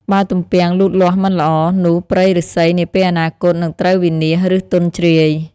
បើទំពាំងលូតលាស់មិនល្អ នោះព្រៃឫស្សីនាពេលអនាគតនឹងត្រូវវិនាស ឬទន់ជ្រាយ។